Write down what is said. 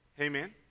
Amen